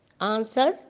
Answer